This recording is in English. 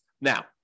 Now